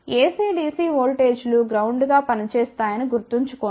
AC DC వోల్టేజీలు ground గా పనిచేస్తాయని గుర్తుంచుకోండి